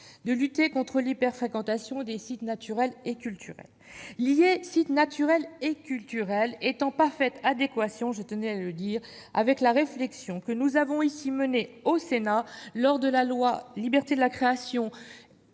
de lutter contre l'hyper-fréquentation des sites naturels et culturels. Lier sites naturels et culturels est en parfaite adéquation, je tiens à le dire, avec la réflexion que nous avons menée, ici, au Sénat lors des débats sur la loi